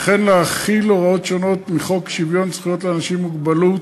וכן להחיל הוראות שונות מחוק שוויון זכויות לאנשים עם מוגבלות,